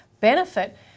benefit